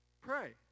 Pray